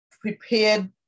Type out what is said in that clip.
prepared